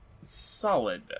solid